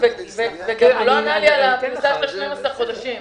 הוא לא ענה לי על הנושא של 12 חודשים.